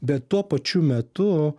bet tuo pačiu metu